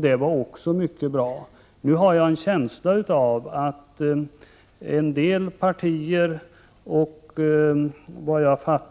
Det var också mycket bra. Nu har jag en känsla av att en del partier,